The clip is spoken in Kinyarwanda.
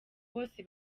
bose